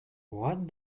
what